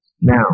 Now